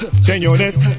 Señores